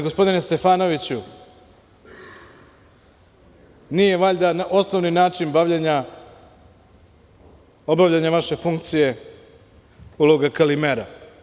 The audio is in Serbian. Ali, gospodine Stefanoviću, nije valjda osnovni način obavljanja vaše funkcije uloga Kalimera?